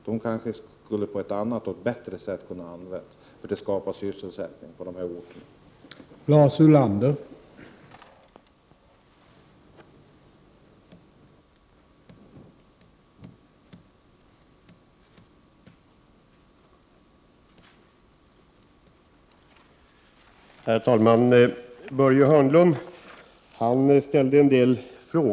De skulle = JTI zoom ocnrae kanske ha kunnat användas på något annat och bättre sätt för att skapa sysselsättning på de orter som det är fråga om.